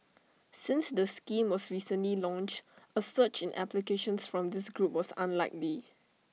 since the scheme was recently launched A surge in applications from this group was unlikely